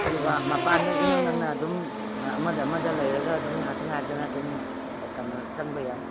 ꯑꯗꯨꯒ ꯃꯄꯥꯟꯗ ꯏꯅꯛ ꯅꯛꯅ ꯑꯗꯨꯝ ꯑꯃꯗ ꯑꯃꯗ ꯂꯩꯔꯒ ꯑꯗꯨꯝ ꯉꯥꯏꯍꯥꯛꯇ ꯉꯥꯏꯍꯥꯛꯇꯅ ꯑꯗꯨꯝ ꯀꯩꯅꯣ ꯆꯪꯕ ꯌꯥꯏ